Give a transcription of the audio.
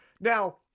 Now